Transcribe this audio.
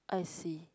I see